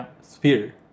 sphere